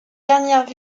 dernières